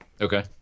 Okay